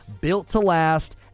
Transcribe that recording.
built-to-last